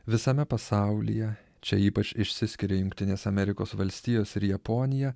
visame pasaulyje čia ypač išsiskiria jungtinės amerikos valstijos ir japonija